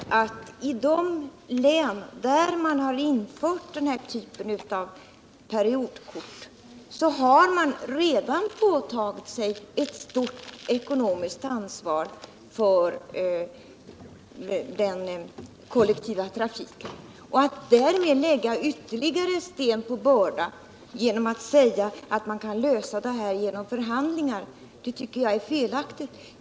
Herr talman! Det är ändå så att i de län där man har infört den här typen av periodkort har man redan i dag påtagit sig ett stort ekonomiskt ansvar för den kollektiva trafiken. Att därutöver lägga ytterligare sten på börda genom att säga att man kan lösa problemet genom förhandlingar tycker jag är felaktigt.